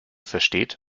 versteht